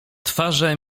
twarze